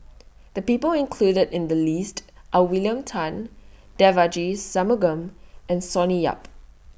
The People included in The list Are William Tan Devagi Sanmugam and Sonny Yap